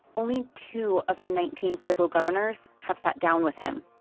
only two of the nineteen pueblo governors have sat down with him.